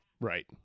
right